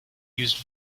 used